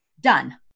done